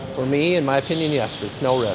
for me, in my opinion, yes. there's no risk.